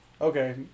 Okay